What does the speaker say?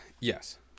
yes